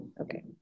Okay